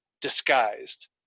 disguised